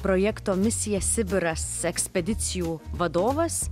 projekto misija sibiras ekspedicijų vadovas